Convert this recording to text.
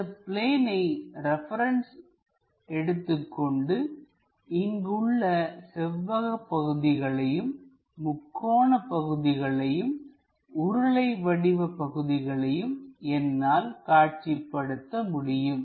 இந்தப் பிளேனை ரெபரன்ஸ் எடுத்துக்கொண்டு இங்கு உள்ள செவ்வக பகுதிகளையும் முக்கோண பகுதியையும்உருளை வடிவ பகுதியையும் என்னால் காட்சி படுத்த முடியும்